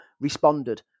responded